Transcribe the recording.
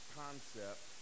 concept